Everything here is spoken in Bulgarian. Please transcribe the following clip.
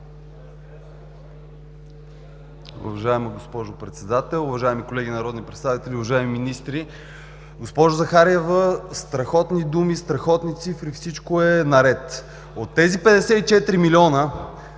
Уважаема госпожо Председател, уважаеми колеги народни представители, уважаеми министри! Госпожо Захариева, страхотни думи, страхотни цифри – всичко е наред. От тези 54 милиона,